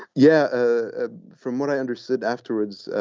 yeah. ah from what i understood afterwards,